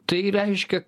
tai reiškia